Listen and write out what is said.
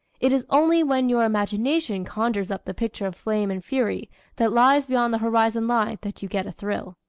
it is only when your imagination conjures up the picture of flame and fury that lies beyond the horizon line that you get a thrill.